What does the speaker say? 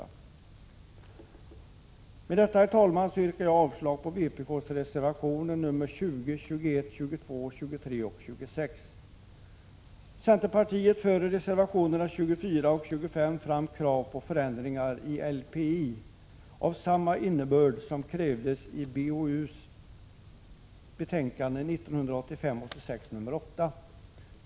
Med detta, herr talman, yrkar jag avslag på vpk:s reservationer nr 20, 21, 22, 23 och 26. Centerpartiet för i reservationerna 24 och 25 fram krav på förändringar i LPI av samma innebörd som krävdes i bostadsutskottets betänkande 1985/86:8.